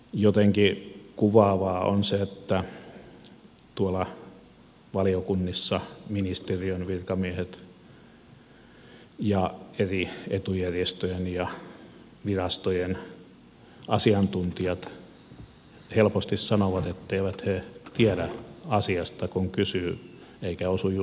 jotenkin kuvaavaa on se että tuolla valiokunnissa ministeriön virkamiehet ja eri etujärjestöjen ja virastojen asiantuntijat helposti sanovat etteivät he tiedä asiasta kun kysyy eikä osu juuri heidän sektorilleen